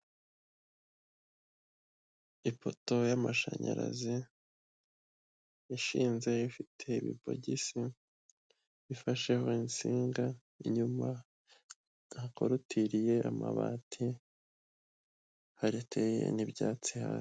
Ipoto y'amashanyarazi ishinze, ifite ibibogisi bifasheho insinga, inyuma hakorotiriye amabati, hateye n'ibyatsi hasi.